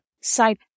Side